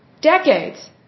decades